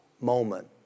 moment